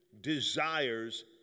desires